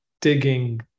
digging